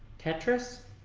tetris